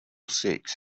six